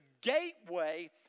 gateway